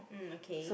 um okay